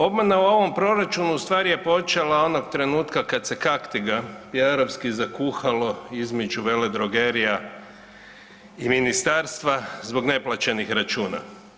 Obmana u ovom proračunu u stvari je počela onog trenutka kad se kaktiga i arapski zakuhalo između veledrogerija i ministarstva zbog neplaćenih računa.